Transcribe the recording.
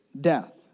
death